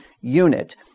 unit